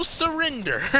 surrender